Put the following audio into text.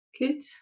Good